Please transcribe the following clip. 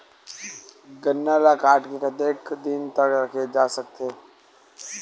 गन्ना ल काट के कतेक दिन तक रखे जा सकथे?